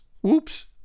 Whoops